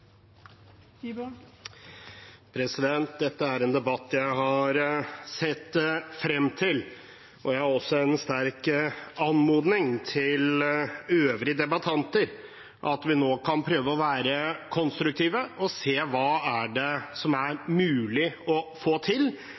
8. Dette er en debatt jeg har sett frem til. Jeg har også en sterk anmodning til øvrige debattanter: at vi nå kan prøve å være konstruktive og se hva som er mulig å få til,